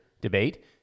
debate